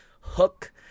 hook